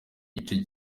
igice